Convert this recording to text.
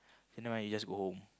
then never mind you just go home